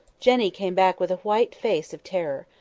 jenny came back with a white face of terror.